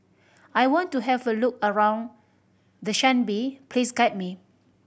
I want to have a look around Dushanbe please guide me